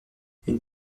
une